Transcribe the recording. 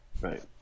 Right